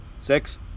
Six